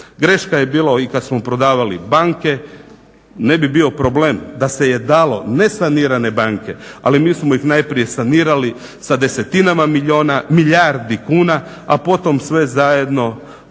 Greška je bila i kad smo prodavali banke, ne bi bio problem da se je dalo nesanirane banke, ali mi smo ih najprije sanirali sa desetinama milijardi kuna, a potom sve zajedno prodali